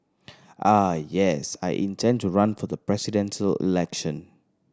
ah yes I intend to run for the Presidential Election